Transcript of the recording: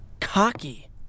cocky